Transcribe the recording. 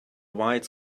weights